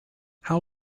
how